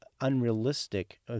unrealistic